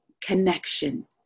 Connection